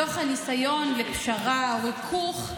בתוך הניסיון לפשרה או ריכוך,